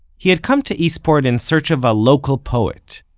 he had come to eastport in search of a local poet,